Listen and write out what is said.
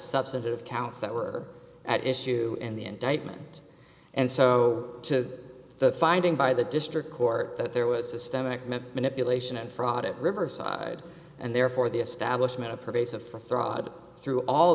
substantive counts that were at issue in the indictment and so to the finding by the district court that there was systemic manipulation and fraud at riverside and therefore the establishment of pervasive for fraud through all